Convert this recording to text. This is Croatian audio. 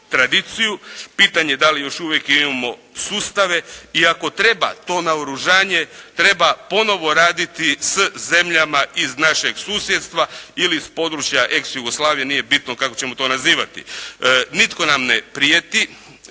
tradiciju, pitanje da li još uvijek imamo sustave, i ako treba to naoružanje treba ponovo raditi s zemljama iz našeg susjedstva ili s područja ex Jugoslavije, nije bitno kako ćemo to nazivati. Nitko nam ne prijeti,